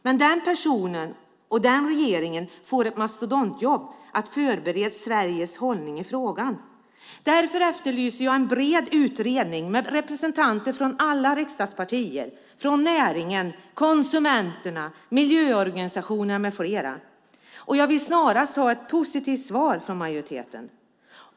Men den personen och den regeringen får ett mastodontjobb att förbereda Sveriges hållning i frågan. Därför efterlyser jag en bred utredning med representanter från alla riksdagspartier, näringen, konsumenterna, miljöorganisationerna med flera. Jag vill snarast få ett positivt svar från majoriteten.